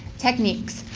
techniques,